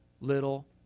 little